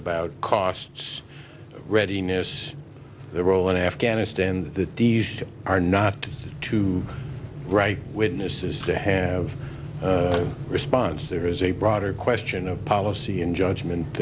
about costs readiness the role in afghanistan that these are not to write witnesses to have response there is a broader question of policy in judgment